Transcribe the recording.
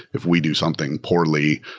if we do something poorly,